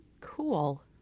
Cool